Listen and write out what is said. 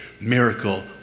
miracle